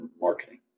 marketing